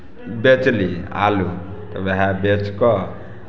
बेचली आलू तऽ उएह बेचि कऽ